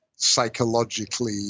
psychologically